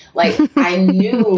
like i knew.